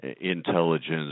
intelligence